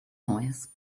noise